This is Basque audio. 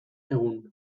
egun